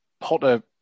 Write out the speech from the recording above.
Potter